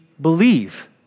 believe